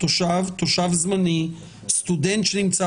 זה בעיקר